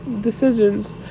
decisions